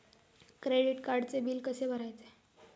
Credit कार्डचे bill कसे भरायचे?